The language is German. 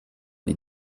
die